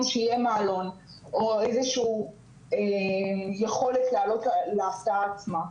שיהיה מעלון או איזושהי יכולת לעלות להסעה עצמה.